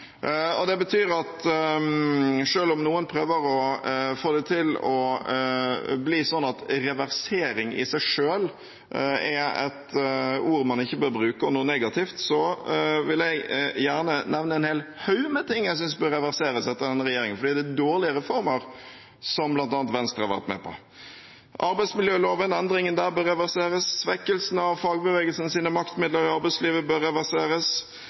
Det betyr at selv om noen prøver å få det til at «reversering» i seg selv er et ord man ikke bør bruke, og som er noe negativt, vil jeg gjerne nevne en hel haug med ting jeg synes bør reverseres etter denne regjeringen, fordi det er dårlige reformer, som bl.a. Venstre har vært med på. Det gjelder arbeidsmiljøloven – endringene der bør reverseres, svekkelsen av fagbevegelsens maktmidler i arbeidslivet bør reverseres, kutt i pleiepengeordningen bør reverseres, kutt for uføre forsørgere bør reverseres,